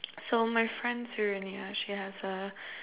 so my friend Serenia she has a